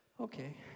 okay